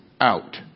out